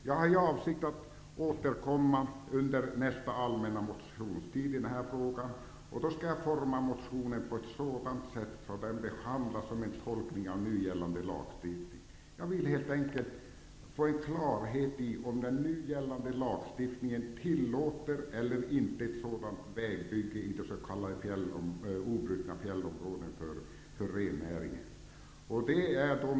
Jag har för avsikt att återkomma under nästa allmänna motionstid i den här frågan. Då skall jag formulera motionen på ett sådant sätt att den ger anledning till en tolkning av nu gällande lagstiftning. Jag vill helt enkelt få klarhet i om den nu gällande lagstiftningen tillåter eller inte tillåter ett sådant här vägbygge för rennäringen i de s.k. obrutna fjällområdena.